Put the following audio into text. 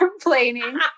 complaining